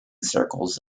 circles